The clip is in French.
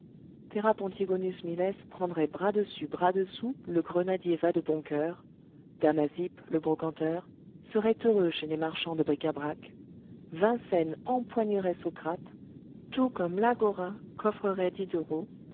therapontigonus miles prendrait bras dessus bras dessous le grenadier vadeboncoeur damasippe le brocanteur serait heureux chez les marchands de bric-à-brac vincennes empoignerait socrate tout comme l'agora